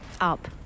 Up